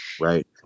right